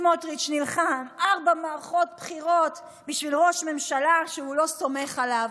סמוטריץ' נלחם ארבע מערכות בחירות בשביל ראש ממשלה שהוא לא סומך עליו.